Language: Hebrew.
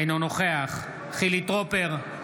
אינו נוכח חילי טרופר,